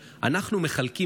אני רק רוצה לתאר,